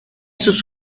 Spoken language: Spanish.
sus